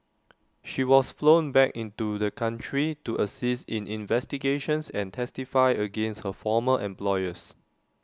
she was flown back into the country to assist in investigations and testify against her former employers